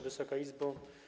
Wysoka Izbo!